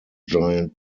giant